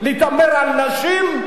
להתעמר בנשים,